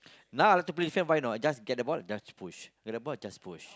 now I like to play defend know why not I get the ball just push get the ball just push